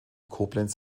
koblenz